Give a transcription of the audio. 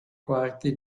quarti